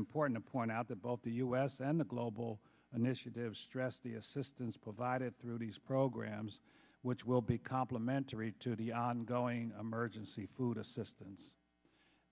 important to point out that both the u s and the global initiative stress the assistance provided through these programs which will be complimentary to the ongoing emergency food assistance